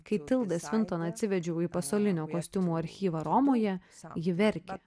kai tilda svinton atsivedžiau į pasaulinio kostiumų archyvą romoje ji verkė